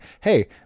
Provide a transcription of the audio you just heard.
hey